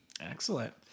Excellent